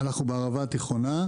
אנחנו בערבה התיכונה,